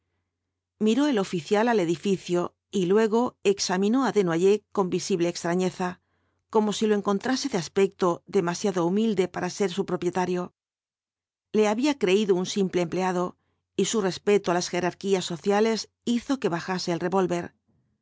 miró el oficial al edificio y luego examinó á desnolos cuatro jinbtbs dhl apocalipsis yers con visible extrañeza como si lo encontrase de aspecto demasiado humilde para ser su propietario le había creído un simple empleado y su respeto á las jerarquías sociales hizo que bajase el revólver